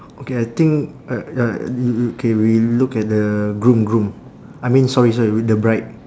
okay I think uh uh y~ K we look at the groom groom I mean sorry sorry the bride